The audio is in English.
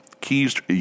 keys